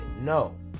No